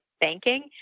banking